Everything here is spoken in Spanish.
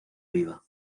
viva